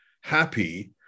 happy